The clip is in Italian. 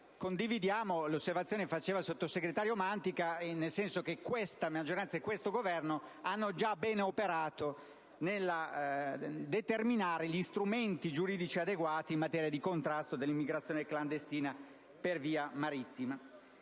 condividiamo l'osservazione del sottosegretario Mantica, nel senso che questa maggioranza e questo Governo hanno già ben operato nella determinazione degli strumenti giuridici adeguati in materia di contrasto all'immigrazione clandestina per via marittima.